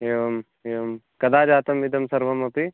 एवम् एवं कदा जातम् इदं सर्वमपि